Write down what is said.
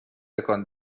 تکان